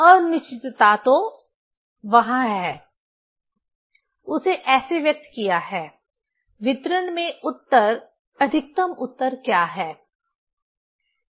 अनिश्चितता तो वहाँ है उसे ऐसे व्यक्त किया है वितरण में उत्तर अधिकतम उत्तर क्या है